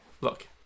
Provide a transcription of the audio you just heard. look